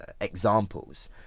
examples